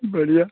बढ़िया